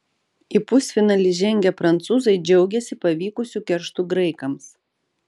į pusfinalį žengę prancūzai džiaugiasi pavykusiu kerštu graikams